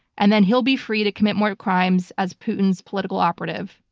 and then he'll be free to commit more crimes as putin's political operative.